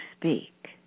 speak